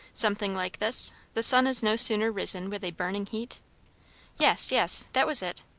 something like this the sun is no sooner risen with a burning heat yes, yes, that was it.